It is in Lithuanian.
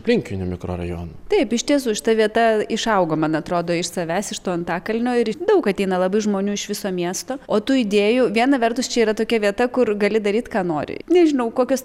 aplinkinių mikrorajonų taip iš tiesų šita vieta išaugo man atrodo iš savęs iš to antakalnio ir daug ateina labai žmonių iš viso miesto o tų idėjų viena vertus čia yra tokia vieta kur gali daryt ką nori nežinau kokios